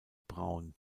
braun